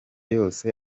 yose